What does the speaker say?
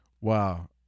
Wow